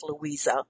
Louisa